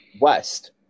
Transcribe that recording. West